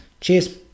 Cheers